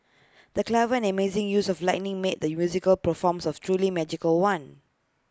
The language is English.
the clever and amazing use of lighting made the musical performance A truly magical one